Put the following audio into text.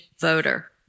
voter